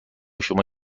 شما